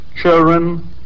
children